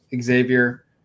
Xavier